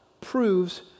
proves